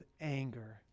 anger